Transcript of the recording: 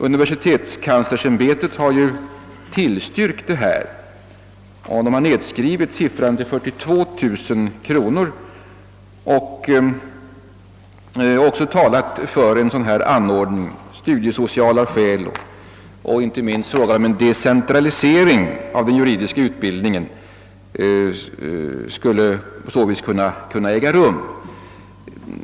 Universitetskanslersämbetet har tillstyrkt förslaget men skrivit ned kostnaderna till 42000 kronor. Även universitetskanslersämbetet pekar på de sociala skälen och framhåller att det inte minst viktiga är att en decentralisering av den juridiska utbildningen på detta vis skulle kunna äga rum.